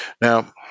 Now